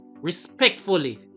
respectfully